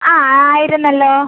ആ ആയിരുന്നല്ലോ